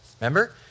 Remember